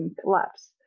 collapse